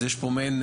אז יש פה מעין,